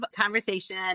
conversation